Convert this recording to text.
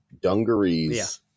dungarees